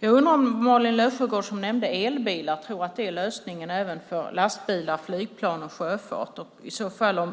Malin Löfsjögård nämnde elbilar, och jag undrar om hon tror att det är lösningen även för lastbilar, flygplan och sjöfart. Kan hon i så fall